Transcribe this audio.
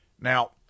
Now